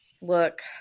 look